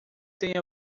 teve